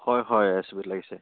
হয় হয় A S E বিত লাগিছে